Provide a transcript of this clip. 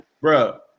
bro